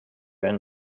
and